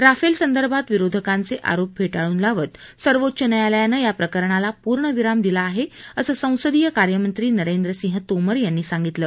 Rafale संदर्भात विरोधकांचे आरोप फेटाळून लावत सर्वोच्च न्यायालयानं प्रकरणाला पूर्णविराम दिला आहे असं संसदीय कार्य मंत्री नरेंद्र सिंह तोमर यांनी सांगितलं